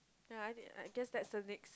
yea I I guess that's the next